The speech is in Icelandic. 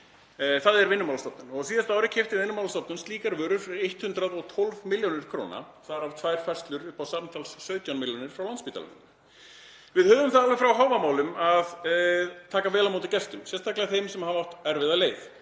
Bókhaldsvandamál. Á síðasta ári keypti Vinnumálastofnun slíkar vörur fyrir 112 millj. kr. þar af tvær færslur upp á samtals 17 milljónir frá Landspítalanum. Við höfum það alveg frá Hávamálum að taka vel á móti gestum, sérstaklega þeim sem hafa átt erfiða leið,